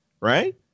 right